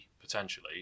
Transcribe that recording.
potentially